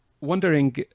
Wondering